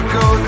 go